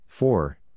Four